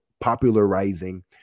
popularizing